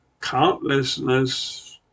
countlessness